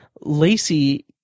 Lacey